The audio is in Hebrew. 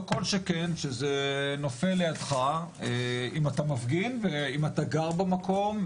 לא כל שכן שזה נופל לידך אם אתה מפגין ואם אתה גר במקום,